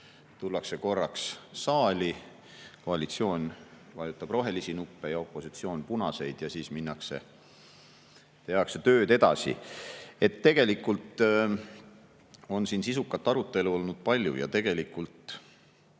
tullakse korraks saali, koalitsioon vajutab rohelisi nuppe ja opositsioon punaseid ja siis minnakse ja tehakse tööd edasi? Tegelikult on siin sisukat arutelu olnud palju ja ei